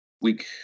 week